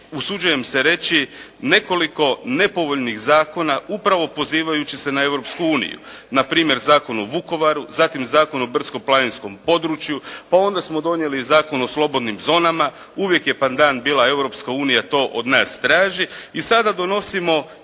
usuđujem se reći nekoliko nepovoljnih zakona, upravo pozivajući se na Europsku uniju. Npr. Zakon o Vukovaru, zatim Zakon o brdsko-planinskom području, pa onda smo donijeli Zakon o slobodnim zonama, uvijek je pandan bila Europska unija to od nas traži. I sada donosimo